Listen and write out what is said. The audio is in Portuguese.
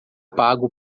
pago